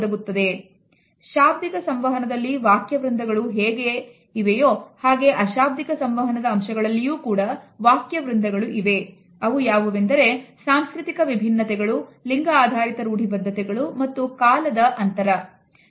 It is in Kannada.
ತುಂಬಾ ಬಿಸಿಯಾಗಿರುವುದರಿಂದ ತೋಟದಲ್ಲಿ ಉರುವಲು ಹಾಕಿ ಸ್ವಲ್ಪ ಹೊತ್ತು ಕಾಲ ಕಳೆಯೋಣ ಎಂದಾಗ ಪದಗಳು ಹಾಗು ವಾಕ್ಯಗಳಿಗೆ ಅರ್ಥ ಒದಗಿ ಸಂದರ್ಭ ಅವು ಯಾವುವೆಂದರೆ ಸಾಂಸ್ಕೃತಿಕ ವಿಭಿನ್ನತೆಗಳು ಲಿಂಗ ಆಧಾರಿತ ರೂಢಿಬದ್ಧತೆಗಳು ಮತ್ತು ಕಾಲದ ಅಂತರ